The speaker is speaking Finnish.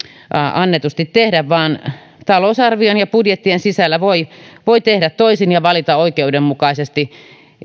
annetusti tehdä vaan talousarvion ja budjettien sisällä voi voi tehdä toisin ja valita oikeudenmukaisesti